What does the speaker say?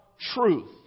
truth